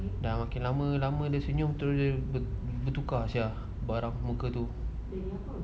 makin lama lama dia senyum tu dia bertukar sia muka tu